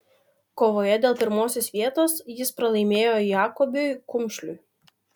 kovoje dėl pirmosios vietos jis pralaimėjo jakobiui kumšliui